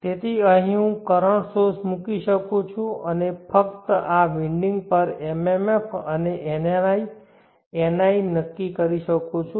તેથી અહીં હું કરંટ સોર્સ મૂકી શકું છું અને ફક્ત આ વિન્ડિંગ પર MMF અને NNI NI નક્કી કરી શકું છું